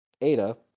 Ada